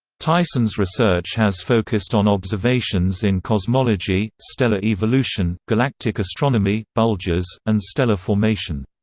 tyson's research has focused on observations in cosmology, stellar evolution, galactic astronomy, bulges, and stellar formation.